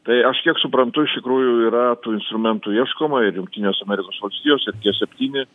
tai aš kiek suprantu iš tikrųjų yra tų instrumentų ieškoma ir jungtinėse amerikos valstijose ir tie septyni